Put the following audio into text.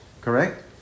correct